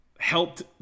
helped